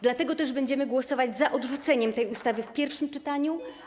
Dlatego też będziemy głosować za odrzuceniem tego projektu ustawy w pierwszym czytaniu.